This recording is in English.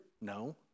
No